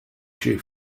she